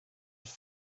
have